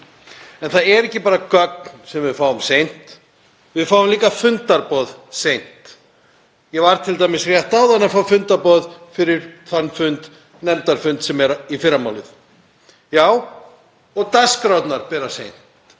En það eru ekki bara gögn sem við fáum seint. Við fáum líka fundarboð seint. Ég var t.d. rétt áðan að fá fundarboð fyrir nefndarfund sem er í fyrramálið. Já og dagskrárnar berast seint.